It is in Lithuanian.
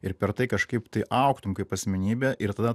ir per tai kažkaip tai augtum kaip asmenybė ir tada